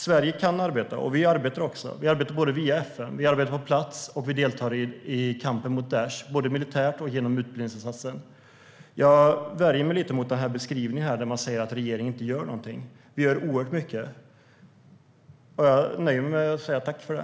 Sverige kan arbeta, och gör det också, via FN. Vi arbetar på plats och deltar i kampen mot Daish, både militärt och genom utbildningsinsatsen. Jag värjer mig lite mot beskrivningen att regeringen inte gör någonting. Den gör oerhört mycket.